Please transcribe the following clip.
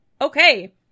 okay